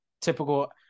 typical